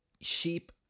sheep